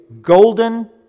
golden